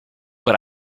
but